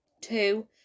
two